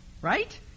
right